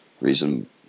reason